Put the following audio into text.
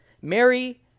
Mary